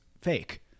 fake